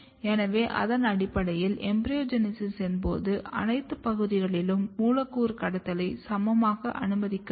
எனவே அதன் அடிப்படையில் எம்பிரியோஜெனிசிஸ் போது அனைத்து பகுதிகளிலும் மூலக்கூறு கடத்தலை சமமாக அனுமதிக்கவில்லை